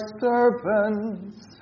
servants